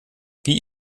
wie